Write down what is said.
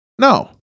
No